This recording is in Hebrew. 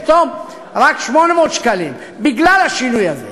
פתאום רק 800 שקלים בגלל השינוי הזה.